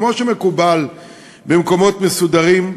כמו שמקובל במקומות מסודרים.